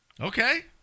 Okay